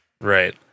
right